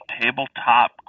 tabletop